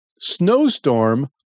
Snowstorm